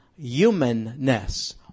humanness